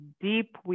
deep